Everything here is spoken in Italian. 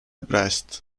brest